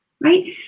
right